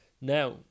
now